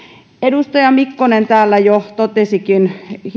edustaja mikkonen täällä jo totesikin